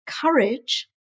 courage